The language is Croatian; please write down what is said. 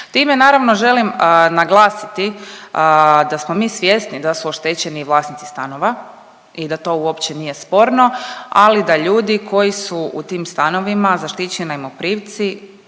Time naravno želim naglasiti da smo mi svjesni da su oštećeni vlasnici stanova i da to uopće nije sporno, ali da ljudi koji su u tim stanovima zaštićeni najmoprimci,